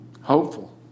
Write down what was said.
Hopeful